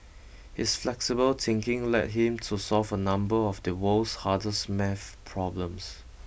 his flexible thinking led him to solve a number of the world's hardest math problems